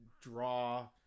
draw